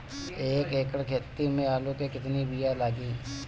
एक एकड़ खेती में आलू के कितनी विया लागी?